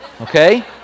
Okay